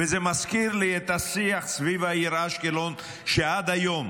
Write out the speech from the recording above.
וזה מזכיר לי את השיח סביב העיר אשקלון, שעד היום